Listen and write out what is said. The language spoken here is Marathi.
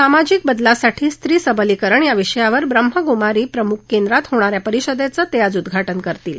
सामाजिक बदलासाठी स्त्री सबलीकरण या विषयावर ब्रम्हकुमारी प्रमुख केंद्रात होणा या परिषदेचं ते आज उद्दाटन करतील